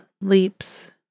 leaps